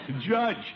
Judge